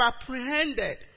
apprehended